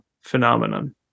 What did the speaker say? phenomenon